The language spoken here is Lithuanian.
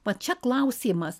va čia klausimas